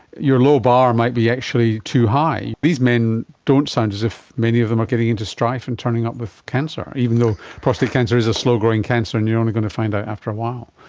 your low bar might be actually too high. these men don't sound as if many of them are getting into strife and turning up with cancer, even though prostate cancer is a slow growing cancer and you're only going to find out after a while.